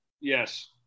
Yes